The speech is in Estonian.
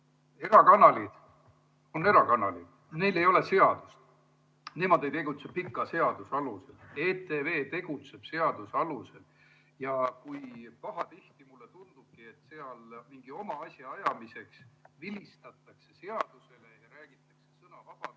erakanalid on erakanalid, neil ei ole seadust. Nemad ei tegutse seaduse alusel. ETV tegutseb seaduse alusel. Pahatihti mulle tundubki, et seal mingi oma asja ajamiseks vilistatakse seadusele, räägitakse sõnavabadusest